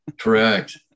Correct